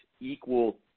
equal